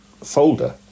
folder